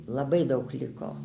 labai daug liko